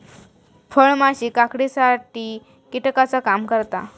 फळमाशी काकडीसाठी कीटकाचा काम करता